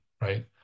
right